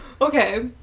Okay